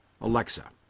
Alexa